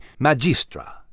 magistra